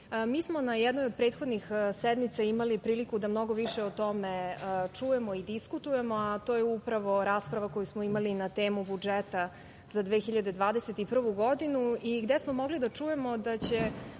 Mi smo na jednoj od prethodnih sednica imali priliku da mnogo više o tome čujemo i diskutujemo, a to je upravo rasprava koju smo imali na temu budžeta za 2021. godinu i gde smo mogli da čujemo da će